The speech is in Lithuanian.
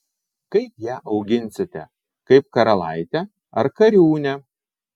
kaip ją auginsite kaip karalaitę ar kariūnę